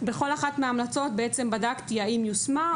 בכל אחת מההמלצות בדקתי האם היא יושמה,